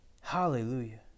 Hallelujah